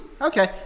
okay